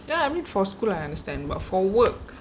ya I mean for school I understand but for work